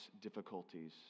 difficulties